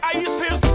ices